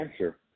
answer